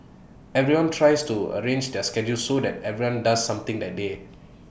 everyone tries to arrange their schedules so that everyone does something that day